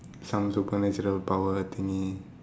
some supernatural power thingy